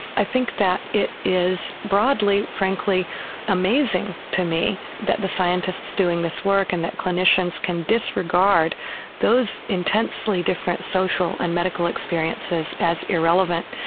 i think that it is broadly frankly amazing to me that the scientists doing this work and that clinicians can disregard those intensely different social and medical experiences as irrelevant.